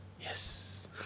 Yes